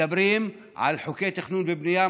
מדברים על חוקי תכנון ובנייה,